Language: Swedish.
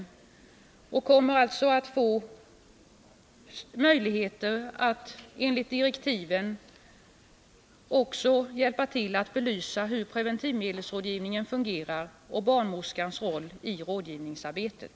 Hon kommer alltså enligt direktiven att få möjligheter att också hjälpa till att belysa hur preventivmedelsrådgivningen fungerar och barnmorskans roll i rådgivningsarbetet.